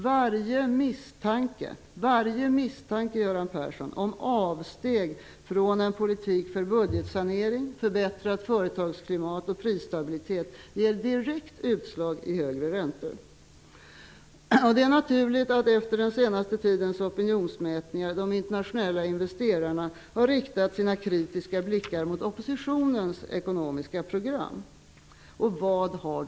Varje misstanke, Göran Persson, om avsteg från en politik för budgetsanering, förbättrat företagsklimat och prisstabilitet ger direkt utslag i högre räntor. Det är naturligt att de internationella investerarna efter den senaste tidens opinionsmätningar har riktat sina kritiska blickar mot oppositionens ekonomiska program. Vad har de funnit?